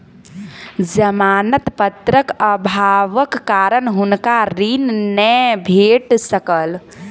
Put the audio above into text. जमानत पत्रक अभावक कारण हुनका ऋण नै भेट सकल